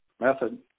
method